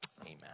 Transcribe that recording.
Amen